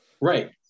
Right